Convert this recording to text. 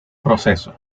proceso